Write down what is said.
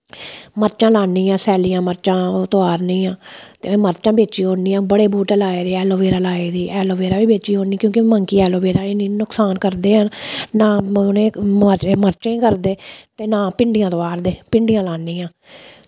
मरचां लैनियां सैल्लियां मर्चां ओह् तोआरनी आं ते मर्चां बेची ओड़नियां बड़ेबूह्टे लाये दे ऐलोवेरा दे ऐलोवेरा बी बेची ओड़नी की मंकी ना ऐलोवेरा ई नुकसान करदे न ना ई मरचें ई करदे न ना भिंडियां करदे आं भिडियां लानी आँ